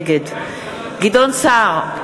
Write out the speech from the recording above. נגד גדעון סער,